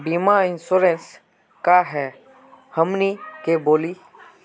बीमा इंश्योरेंस का है हमनी के बोली?